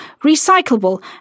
recyclable